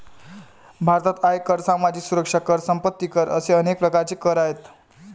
भारतात आयकर, सामाजिक सुरक्षा कर, संपत्ती कर असे अनेक प्रकारचे कर आहेत